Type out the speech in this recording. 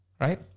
right